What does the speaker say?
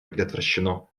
предотвращено